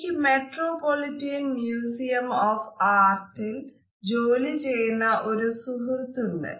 എനിക്ക് metropolitan museum of ആർട്ടിൽ ജോലി ചെയുന്ന ഒരു സുഹൃത്തുണ്ട്